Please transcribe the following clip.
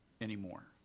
anymore